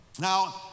Now